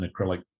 acrylic